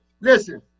Listen